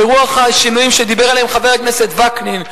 ברוח השינויים שדיבר עליהם חבר הכנסת וקנין,